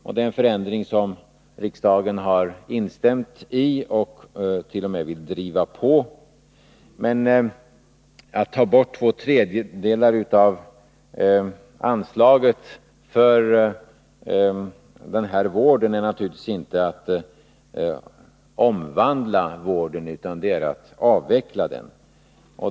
Riksdagen har instämt i att vi bör ha en sådan förändring och t.o.m. velat driva på den. Men att ta bort två tredjedelar av anslaget för den här vården är naturligtvis inte att omvandla vården utan att avveckla den!